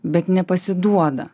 bet nepasiduoda